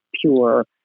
pure